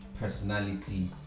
personality